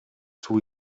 two